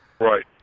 Right